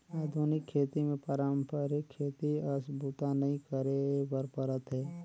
आधुनिक खेती मे पारंपरिक खेती अस बूता नइ करे बर परत हे